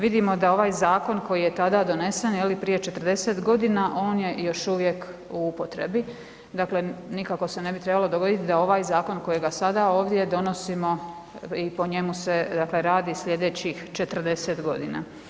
Vidimo da ovaj zakon koji je tada donesen, je li, prije 40 godina, on je još uvijek u upotrebi, dakle, nikako se ne bi trebalo dogoditi da ovaj zakon kojega sada ovdje donosimo i po njemu se, dakle, radi sljedećih 40 godina.